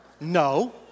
No